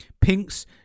Pinks